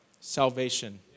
salvation